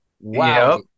Wow